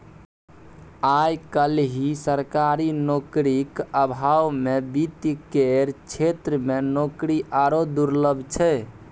आय काल्हि सरकारी नौकरीक अभावमे वित्त केर क्षेत्रमे नौकरी आरो दुर्लभ छै